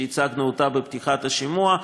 שהצגנו אותה בפתיחת השימוע,